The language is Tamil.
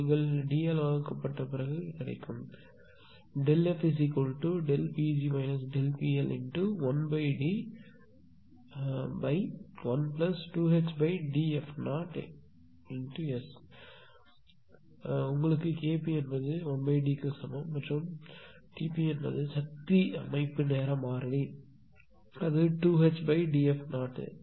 நீங்கள் D ஆல் வகுக்கப்பட்ட இருக்கும் fPg ΔPL1D12HDf0S நீங்கள் K p என்பது 1D க்கு சமம் மற்றும் T p என்பது சக்தி அமைப்பு நேர மாறிலி அது 2HDf0 இது இரண்டாவது